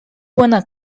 wanna